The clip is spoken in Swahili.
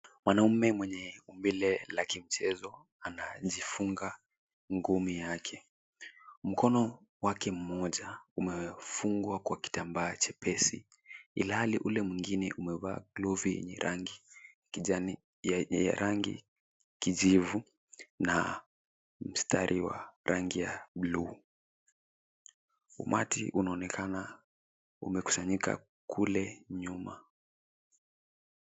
Mwanaume mwenye umbile la kimchezo anajifunga ngumi yake. Mkono wake mmoja umefungwa kwa kitambaa chepesi ilhali ule mwingine umevaa glovu yenye rangi kijivu na mstari wa rangi ya buluu. Ummati unaonekana umekusanyika kule nyuma.